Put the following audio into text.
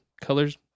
colors